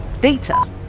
Data